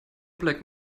black